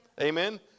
Amen